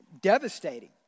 devastating